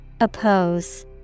Oppose